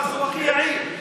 הוא הכי יעיל.